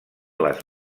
les